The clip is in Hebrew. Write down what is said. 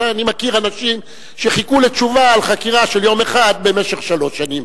אני מכיר אנשים שחיכו לתשובה על חקירה של יום אחד במשך שלוש שנים.